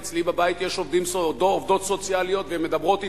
ואצלי בבית יש עובדות סוציאליות והן מדברות אתי,